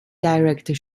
director